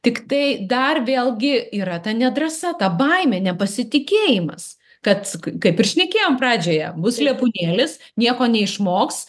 tiktai dar vėlgi yra ta nedrąsa ta baimė nepasitikėjimas kad kaip ir šnekėjom pradžioje bus lepūnėlis nieko neišmoks